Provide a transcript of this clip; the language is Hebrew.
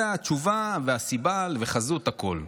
זו התשובה והסיבה וחזות הכול.